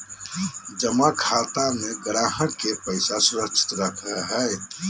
जमा खाते में ग्राहक के पैसा सुरक्षित रहो हइ